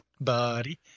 Buddy